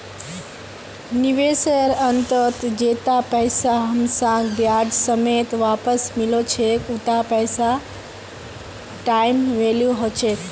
निवेशेर अंतत जैता पैसा हमसाक ब्याज समेत वापस मिलो छेक उता पैसार टाइम वैल्यू ह छेक